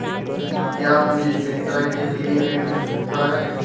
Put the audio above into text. क्या मुझे शिक्षा के लिए ऋण मिल सकता है?